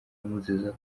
amuziza